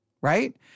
right